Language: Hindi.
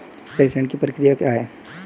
प्रेषण की प्रक्रिया क्या है?